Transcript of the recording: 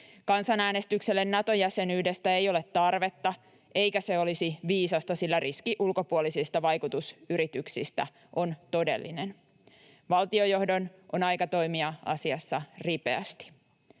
Kansanäänestykselle Nato-jäsenyydestä ei ole tarvetta, eikä se olisi viisasta, sillä riski ulkopuolisista vaikutusyrityksistä on todellinen. Valtiojohdon on aika toimia asiassa ripeästi.